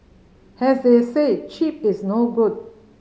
has they say cheap is no good